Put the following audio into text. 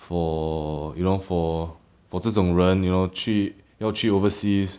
for you know for for 这种人 you know 去要去 overseas